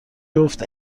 جفت